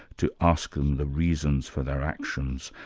to ask them the reasons for their actions,